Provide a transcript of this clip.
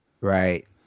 right